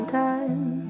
time